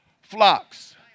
flocks